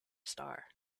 star